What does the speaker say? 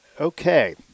Okay